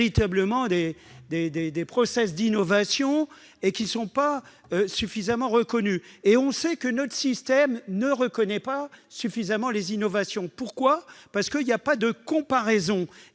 véritablement des process d'innovation qui ne sont pas suffisamment reconnus. Nous savons que notre système ne reconnaît pas suffisamment les innovations, lorsqu'il n'y a pas de « comparateurs